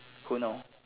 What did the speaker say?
who know